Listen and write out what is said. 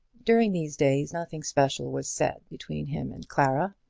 during these days nothing special was said between him and clara.